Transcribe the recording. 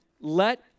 let